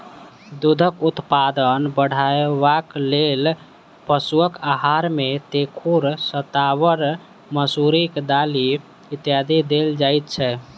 दूधक उत्पादन बढ़यबाक लेल पशुक आहार मे तेखुर, शताबर, मसुरिक दालि इत्यादि देल जाइत छै